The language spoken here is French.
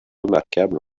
remarquables